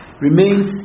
remains